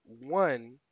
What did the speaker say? one